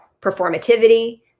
performativity